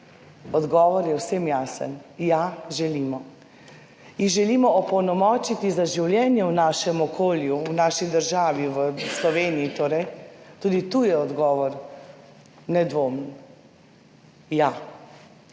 Odgovor je vsem jasen, ja, želimo jih. Jih želimo opolnomočiti za življenje v našem okolju, v naši državi, v Sloveniji? Tudi tu je odgovor nedvomen ja.